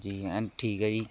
ਜੀ ਐਨ ਠੀਕ ਹੈ ਜੀ